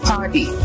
Party